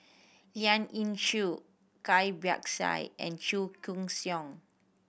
Lien Ying Chow Cai Bixia and Chua Koon Siong